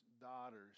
daughters